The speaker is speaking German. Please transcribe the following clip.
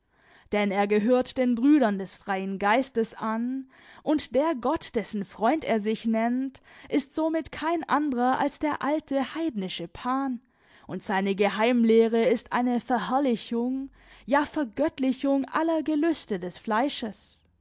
denn er gehört den brüdern des freien geistes an und der gott dessen freund er sich nennt ist somit kein anderer als der alte heidnische pan und seine geheimlehre ist eine verherrlichung ja vergöttlichung aller gelüste des fleisches